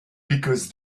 because